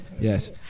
yes